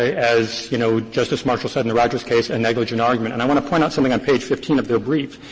as you know, justice marshall said in the rogers case, a negligent argument. and i want to point out something on page fifteen of their brief.